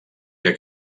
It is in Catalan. que